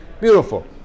Beautiful